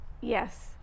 yes